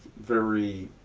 very.